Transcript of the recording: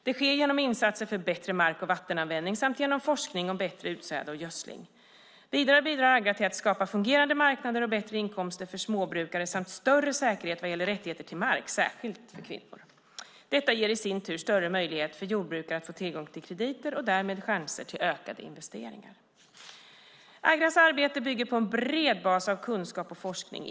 Det sker genom insatser för bättre mark och vattenanvändning samt genom forskning om bättre utsäde och gödsling. Vidare bidrar Agra till att skapa fungerande marknader och bättre inkomster för småbrukare samt större säkerhet vad gäller rättigheter till mark, särskilt för kvinnor. Detta ger i sin tur större möjlighet för jordbrukare att få tillgång till krediter och därmed chanser till ökade investeringar. Agras arbete bygger på en bred bas av kunskap och forskning.